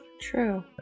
True